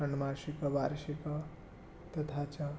षाण्मासिकः वार्षिकः तथा च